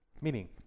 Meaning